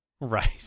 Right